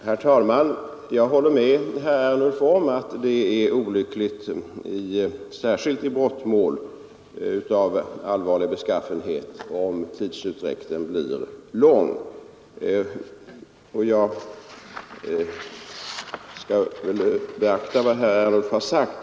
Herr talman! jag håller med herr Ernulf om att det är olyckligt, särskilt i brottmål av allvarlig beskaffenhet, om tidsutdräkten blir lång Jag skall väl beakta vad herr Ernulf har sagt.